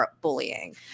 bullying